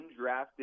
undrafted